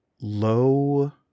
low